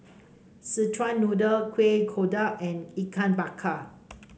Szechuan Noodle Kueh Kodok and Ikan Bakar